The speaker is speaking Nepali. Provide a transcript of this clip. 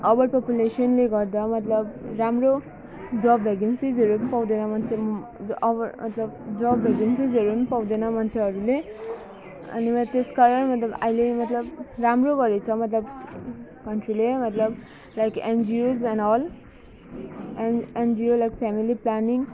ओभर पपुलेसनले गर्दा मतलब राम्रो जब भ्याकेन्सिसहरू पनि पाउँदैन मान्छे ओभर मतलब जब भ्याकेन्सिसहरू पनि पाउँदैन मान्छेहरूले अनि म त्यस कारण मतलब अहिले मतलब राम्रो गरेको छ मतलब कन्ट्रीले मतलब like NGOs and all N NGO like family planning